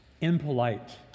impolite